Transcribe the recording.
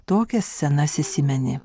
tokias scenas įsimeni